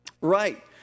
Right